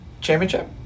Championship